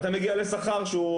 אתה מגיע לשכר שהוא,